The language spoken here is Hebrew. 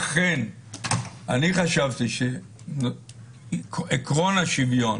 אכן, אני חשבתי שעיקרון השוויון